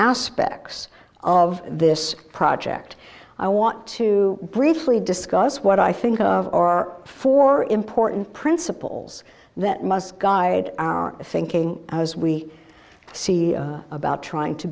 aspects of this project i want to briefly discuss what i think of our four important principles that must guide our thinking as we see about trying to